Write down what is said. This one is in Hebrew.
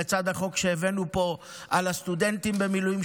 לצד החוק שהבאנו פה על הסטודנטים במילואים,